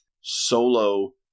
solo